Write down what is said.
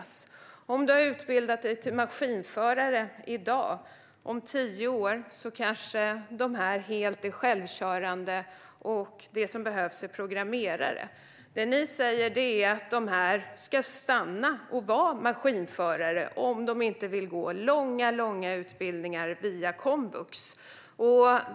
Låt oss säga att man har utbildat sig till maskinförare i dag, och om tio år kanske maskinerna är helt självkörande. Det som då behövs är programmerare. Det ni säger är att dessa människor ska stanna kvar och vara maskinförare om de inte vill gå långa utbildningar via komvux.